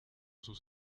sus